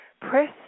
Press